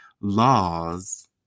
laws